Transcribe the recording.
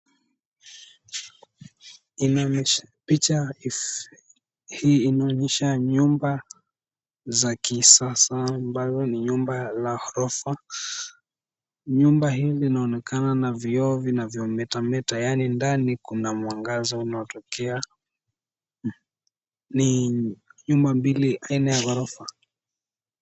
Picha hii inaonyesha nyumba za kisasa ambazo ni nyumba ya ghorofa. Nyumba hii inaonekana na vioo vinavyometameta yaani ndani kuna mwangaza unaotokea. Ni nyumba mbili aina ya ghorofa.